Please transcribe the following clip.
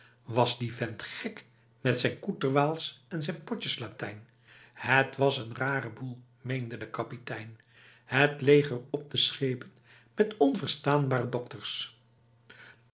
was die vent gek met zijn koeterwaals en zijn potjeslatijn het was n rare boel meende de kapitein het leger op te schepen met onverstaanbare dokters